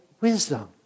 wisdom